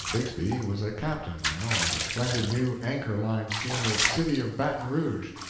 bixby was a captain now, on the splendid new anchor line steamer city of baton rouge,